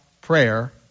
prayer